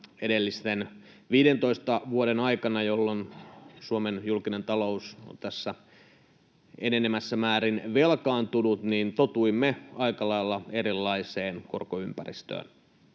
viidentoista vuoden aikana, jolloin Suomen julkinen talous on tässä enenevässä määrin velkaantunut, totuimme aika lailla erilaiseen korkoympäristöön,